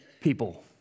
people